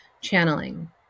channeling